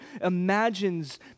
imagines